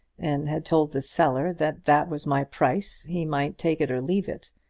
and had told the seller that that was my price he might take it or leave it.